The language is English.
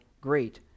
great